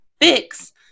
fix